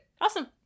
Awesome